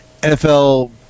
NFL